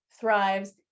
thrives